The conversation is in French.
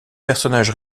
personnages